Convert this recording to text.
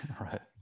Right